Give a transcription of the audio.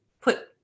put